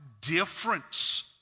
difference